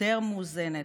יותר מאוזנת,